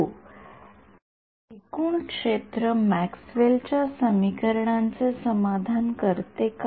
हो एकूण क्षेत्र मॅक्सवेलच्या समीकरणांचे समाधान करते का